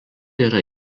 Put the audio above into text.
yra